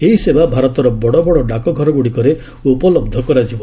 ଏହି ସେବା ଭାରତର ବଡ଼ ବଡ଼ ଡାକଘରଗୁଡ଼ିକରେ ଉପଲବ୍ଧ କରାଯିବ